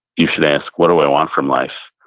you should ask, what do i want from life?